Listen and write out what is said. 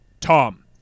Tom